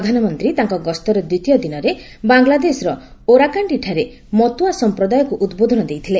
ପ୍ରଧାନମନ୍ତ୍ରୀ ତାଙ୍କ ଗସ୍ତର ଦ୍ୱିତୀୟ ଦିନରେ ବାଙ୍ଗଲାଦେଶର ଓରାକାଣ୍ଡିଠାରେ ମତୁଆ ସମ୍ପ୍ରଦାୟକୁ ଉଦ୍ବୋଧନ ଦେଇଥିଲେ